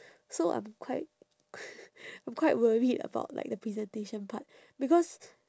so I'm quite I'm quite worried about like the presentation part because